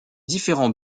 différents